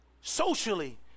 Socially